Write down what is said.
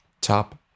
top